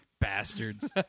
Bastards